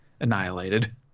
annihilated